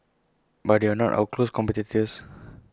but they are not our close competitors